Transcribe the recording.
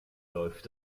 läuft